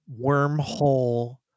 wormhole